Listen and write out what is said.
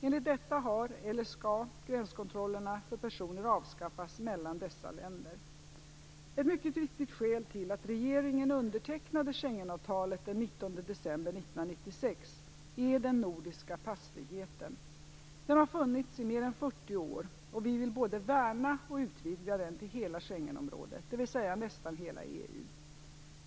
Enligt detta har eller skall gränskontrollerna för personer avskaffas mellan dessa länder. Ett mycket viktigt skäl till att regeringen undertecknade Schengenavtalet den 19 december 1996 är den nordiska passfriheten. Den har funnits i mer än 40 år, och vi vill både värna och utvidga den till hela Schengenområdet, dvs. nästan hela EU.